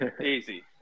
Easy